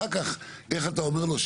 אחר כך, איך אתה אומר לו?